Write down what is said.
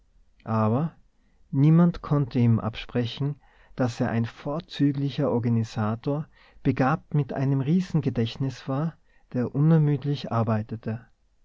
aber niemand konnte ihm absprechen daß er ein vorzüglicher organisator begabt mit einem riesengedächtnis war der unermüdlich arbeitete